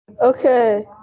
Okay